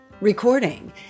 recording